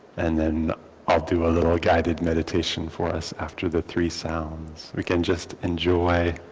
and then i'll do a little guided meditation for us after the three sounds. we can just enjoy